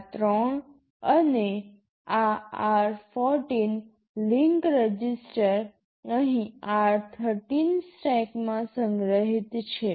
આ ત્રણ અને આ r14 લિંક રજિસ્ટર અહીં r13 સ્ટેકમાં સંગ્રહિત છે